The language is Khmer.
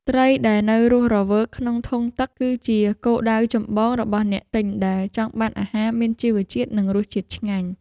ត្រីដែលនៅរស់រវើកក្នុងធុងទឹក គឺជាគោលដៅចម្បងរបស់អ្នកទិញដែលចង់បានអាហារមានជីវជាតិនិងរសជាតិឆ្ងាញ់។